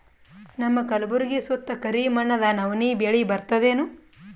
ನಮ್ಮ ಕಲ್ಬುರ್ಗಿ ಸುತ್ತ ಕರಿ ಮಣ್ಣದ ನವಣಿ ಬೇಳಿ ಬರ್ತದೇನು?